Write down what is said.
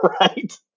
right